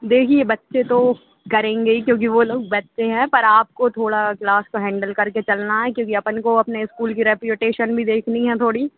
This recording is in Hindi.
देखिए बच्चे तो करेंगे ही क्योंकि वो लोग बच्चे हैं पर आपको थोड़ा क्लास को हैंडल करके चलना है क्योंकि अपन को अपने इस्कूल की रैप्यूटेशन भी देखनी है थोड़ी